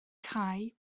cau